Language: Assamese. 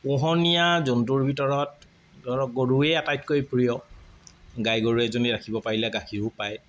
পোহনীয়া জন্তুৰ ভিতৰত ধৰক গৰুৱেই আটাইতকৈ প্ৰিয় গাইগৰু এজনী ৰাখিব পাৰিলে গাখীৰো পায়